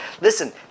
listen